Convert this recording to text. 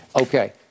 Okay